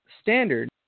standard